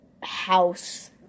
house